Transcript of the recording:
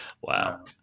Wow